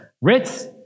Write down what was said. Ritz